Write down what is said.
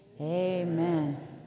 Amen